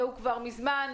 זה כבר מזמן,